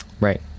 right